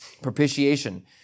Propitiation